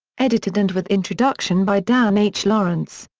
edited and with introduction by dan h. laurence.